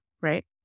right